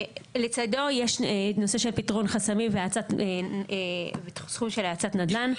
לצידו יש את הנושא של פתרון חסמים וסכום של האצת נדל"ן.